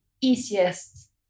easiest